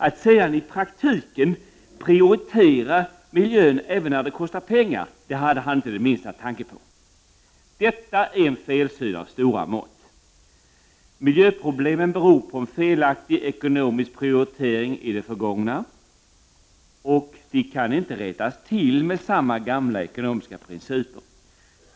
Att sedan i praktiken prioritera miljö även när det kostar pengar hade han inte den minsta tanke på. Detta är en felsyn av stora mått. Miljöproblemen beror på en felaktig ekonomisk prioritering i det förgångna, och de kan inte rättas till med samma gamla ekonomiska principer.